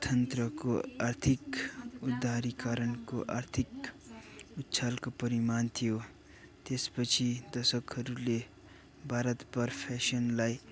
अर्थतन्त्रको आर्थिक उद्धारीकरणको आर्थिक उच्छालको परिमाण थियो त्यसपछि दशकहरूले भारत पर्फेसनलाई